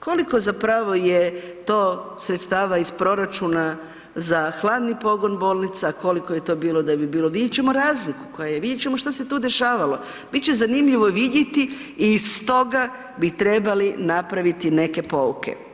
Koliko zapravo je to sredstava iz proračuna za hladni pogon bolnica, koliko je to bilo da bilo , vidjet ćemo razliku, vidjet ćemo što se tu dešavalo, bit će zanimljivo vidjeti i stoga bi trebali napraviti neke pouke.